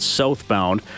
southbound